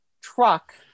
truck